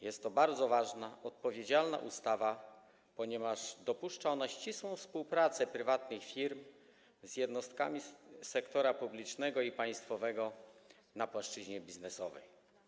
Jest to bardzo ważna, odpowiedzialnie przygotowana ustawa, ponieważ dopuszcza ona ścisłą współpracę prywatnych firm z jednostkami sektora publicznego i państwowego na płaszczyźnie biznesowej.